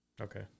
Okay